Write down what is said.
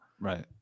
Right